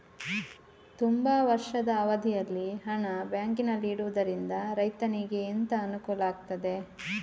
ತುಂಬಾ ವರ್ಷದ ಅವಧಿಯಲ್ಲಿ ಹಣ ಬ್ಯಾಂಕಿನಲ್ಲಿ ಇಡುವುದರಿಂದ ರೈತನಿಗೆ ಎಂತ ಅನುಕೂಲ ಆಗ್ತದೆ?